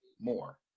more